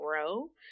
grow